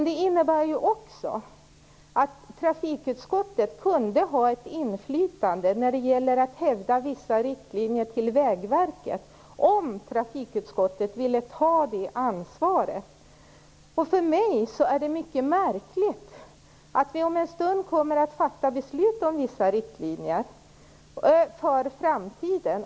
Det innebär också att trafikutskottet kunde ha ett inflytande när det gäller att hävda vissa riktlinjer till Vägverket, om trafikutskottet ville ta det ansvaret. För mig är det märkligt att vi om en stund kommer att fatta beslut om vissa riktlinjer för framtiden.